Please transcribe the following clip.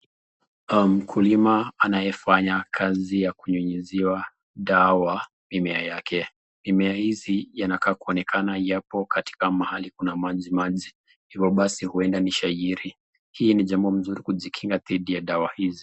Mkulima anayefanya kazi ya kunyunyuziwa dawa mimea yake. Mimea hizi yanakaa yanaonekana yapo mahali kuna maji maji hivo basi huwenda ni sajiri. Hii ni jambo mzuri kujikinga dhidi ya dawa hizi.